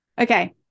Okay